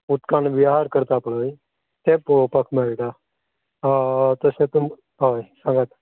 उदकान विहार करता पळय तें पळोपाक मेळटा तशेंच हय सांगात